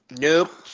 nope